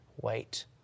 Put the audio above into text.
wait